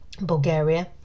Bulgaria